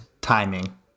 timing